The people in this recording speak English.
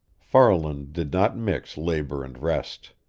farland did not mix labor and rest.